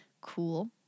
Cool